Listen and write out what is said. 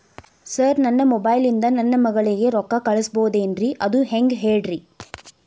sir ನನ್ನ mobile ಇಂದ ನನ್ನ ಮಗಳಿಗೆ ರೊಕ್ಕಾ ಕಳಿಸಬಹುದೇನ್ರಿ ಅದು ಹೆಂಗ್ ಹೇಳ್ರಿ